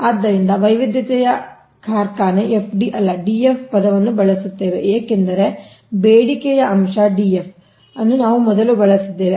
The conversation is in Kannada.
ಆದ್ದರಿಂದ ವೈವಿಧ್ಯತೆಯ ಕಾರ್ಖಾನೆ FD ಅಲ್ಲ DF ಪದವನ್ನು ಬಳಸುತ್ತೇವೆ ಏಕೆಂದರೆ ಬೇಡಿಕೆಯ ಅಂಶ DF ಅನ್ನು ನಾವು ಮೊದಲು ಬಳಸಿದ್ದೇವೆ